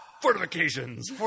fortifications